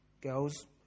girls